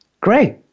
great